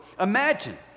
Imagine